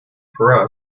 for